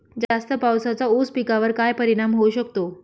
जास्त पावसाचा ऊस पिकावर काय परिणाम होऊ शकतो?